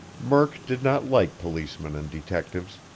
murk did not like policemen and detectives,